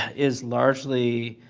is largely